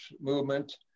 movement